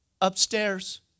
upstairs